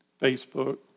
Facebook